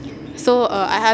so err I ask